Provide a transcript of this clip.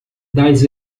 das